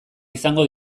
izango